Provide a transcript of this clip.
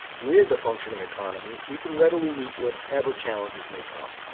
with a functioning economy, we can readily meet whatever challenges may come.